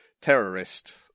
terrorist